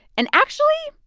and, actually,